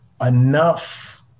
enough